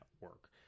work